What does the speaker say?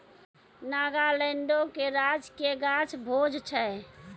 नागालैंडो के राजकीय गाछ भोज छै